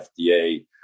FDA